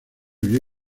vio